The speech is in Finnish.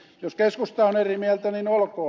jos keskusta on eri mieltä niin olkoon